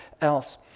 else